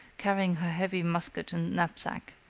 carrying her heavy musket and knapsack.